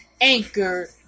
Anchor